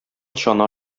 чана